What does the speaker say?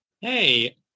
hey